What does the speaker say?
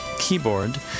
keyboard